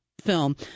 film